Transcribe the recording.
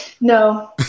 No